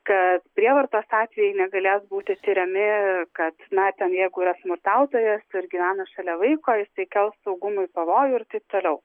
kad prievartos atvejai negalės būti tiriami kad na ten jeigu yra smurtautojas ir gyvena šalia vaiko jisai kels saugumui pavojų ir taip toliau